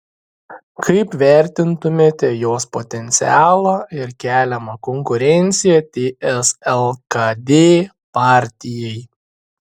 kaip vertintumėte jos potencialą ir keliamą konkurenciją ts lkd partijai